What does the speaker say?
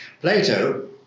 Plato